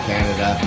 Canada